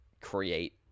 create